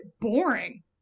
boring